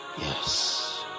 Yes